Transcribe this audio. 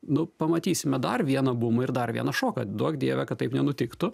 nu pamatysime dar vieną bum ir dar vieną šoką duok dieve kad taip nenutiktų